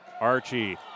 Archie